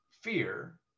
fear